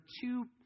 two